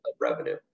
revenue